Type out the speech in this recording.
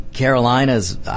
Carolinas